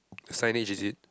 signage is it